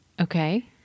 Okay